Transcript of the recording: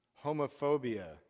homophobia